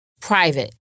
private